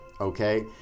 okay